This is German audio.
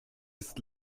ist